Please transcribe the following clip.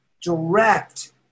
direct